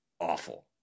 awful